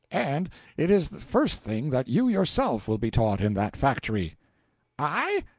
and it is the first thing that you yourself will be taught in that factory i?